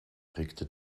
regte